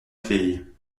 fille